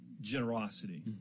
generosity